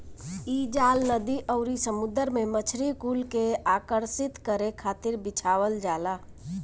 इ जाल नदी अउरी समुंदर में मछरी कुल के आकर्षित करे खातिर बिछावल जाला